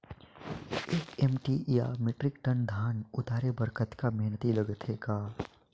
एक एम.टी या metric ton धन उतारे बर कतका मेहनती लगथे ग?